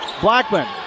Blackman